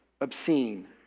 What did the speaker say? obscene